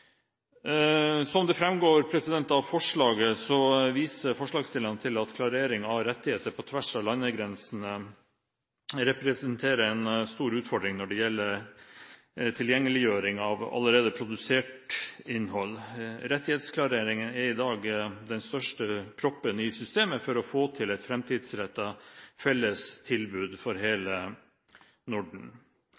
Som det framgår av forslaget, viser forslagsstillerne til at klarering av rettigheter på tvers av landegrensene representerer en stor utfordring når det gjelder tilgjengeliggjøring av allerede produsert innhold. Rettighetsklareringen er i dag den største proppen i systemet for å få til et framtidsrettet felles tilbud for